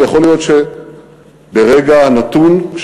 ויכול להיות שברגע הנתון,